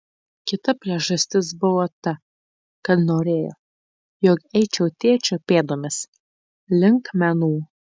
kita priežastis buvo ta kad norėjo jog eičiau tėčio pėdomis link menų